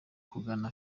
kugana